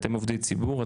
אתם עובדי ציבור,